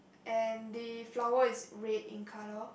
and the flower is red in colour